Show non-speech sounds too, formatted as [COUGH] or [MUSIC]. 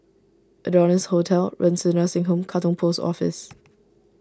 Adonis Hotel Renci Nursing Home Katong Post Office [NOISE]